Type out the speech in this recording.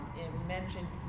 Mentioned